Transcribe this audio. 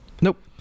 Nope